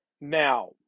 Now